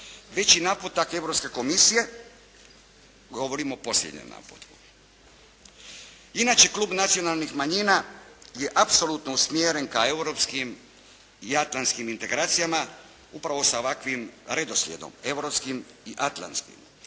već i naputak Europske komisije govorim o posljednjem naputku. Inače klub Nacionalnih manjina je apsolutno usmjeren ka europskim i atlantskim integracijama upravo sa ovakvim redoslijedom, europskim i atlantskim